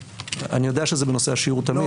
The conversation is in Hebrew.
אני יודע שזה בנושא השיעור תמיד,